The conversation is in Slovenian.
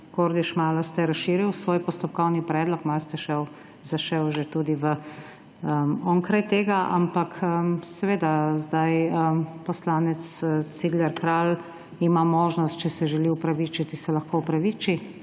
Kordiš, malo ste razširil svoj postopkovni predlog. Malo ste zašel že tudi onkraj tega. Ampak seveda sedaj poslanec Cigler Kralj ima možnost, če se želi opravičiti se lahko opraviči,